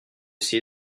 see